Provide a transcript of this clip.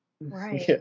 Right